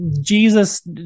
jesus